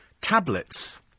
tablets